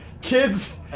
Kids